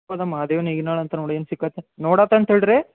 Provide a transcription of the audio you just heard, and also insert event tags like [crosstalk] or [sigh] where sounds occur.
[unintelligible] ಮಹದೇವ್ ನಿಗ್ನಾಳ್ ಅಂತ ನೋಡು ಏನು ಸಿಕ್ಕುತ್ತೆ ನೋಡುತನ್ ತಡಿರಿ